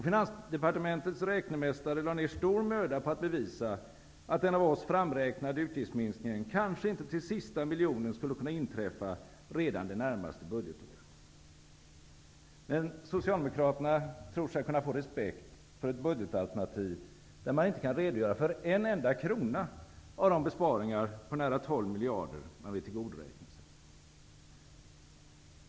Finansdepartementets räknemästare lade ner stor möda på att bevisa att den av oss framräknade utgiftsminskningen kanske inte till sista miljonen skulle kunna inträffa redan det närmaste budgetåret. Men Socialdemokraterna tror sig kunna få respekt för ett budgetalternativ, där man inte kan redogöra för en enda krona av de besparingar på nära 12 miljarder man vill tillgodoräkna sig!